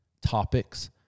topics